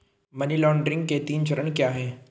Money laundering के तीन चरण क्या हैं?